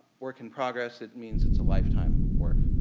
work in progress, it means it's a lifetime work,